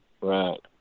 Right